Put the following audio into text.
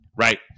Right